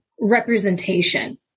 representation